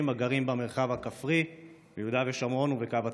הגרים במרחב הכפרי ביהודה ושומרון ובקו התפר.